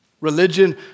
Religion